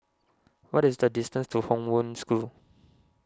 what is the distance to Hong Wen School